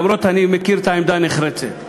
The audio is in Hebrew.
אף שאני מכיר את העמדה הנחרצת,